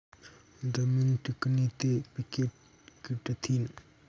जमीन टिकनी ते पिके टिकथीन